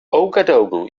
ouagadougou